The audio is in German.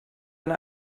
eine